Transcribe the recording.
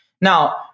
Now